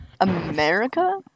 America